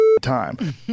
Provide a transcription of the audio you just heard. time